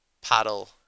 paddle